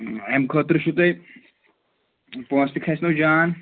اَمہِ خٲطرٕ چھُ تۄہہِ پونٛسہٕ تہِ کھَسہٕ نو جان